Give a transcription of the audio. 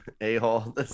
A-hole